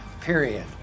period